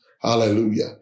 Hallelujah